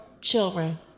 children